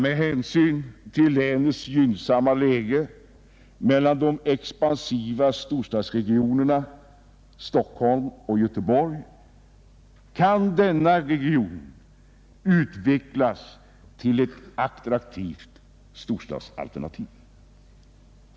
Med hänsyn till länets gynnsamma läge mellan de expansiva storstadsregionerna Stockholm och Göteborg kan denna region utvecklas till attraktivt storstadsalternativ.